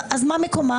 זה ממש לא מכבד,